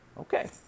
Okay